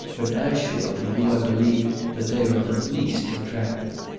but as surely do i believe that they are the least attractive.